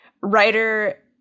writer